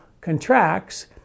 contracts